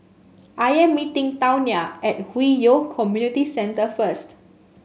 I am meeting Tawnya at Hwi Yoh Community Centre first